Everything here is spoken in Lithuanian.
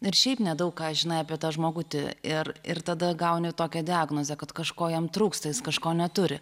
ir šiaip nedaug ką žinai apie tą žmogutį ir ir tada gauni tokią diagnozę kad kažko jam trūksta jis kažko neturi